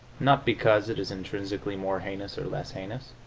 not because it is intrinsically more heinous or less heinous,